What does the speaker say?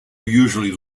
usually